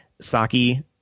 Saki